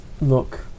Look